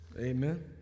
amen